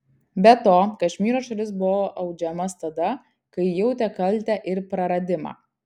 be to kašmyro šalis buvo audžiamas tada kai ji jautė kaltę ir praradimą